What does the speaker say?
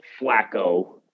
Flacco